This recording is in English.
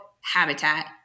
habitat